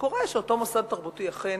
קורה שאותו מוסד תרבותי אכן